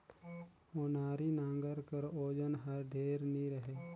ओनारी नांगर कर ओजन हर ढेर नी रहें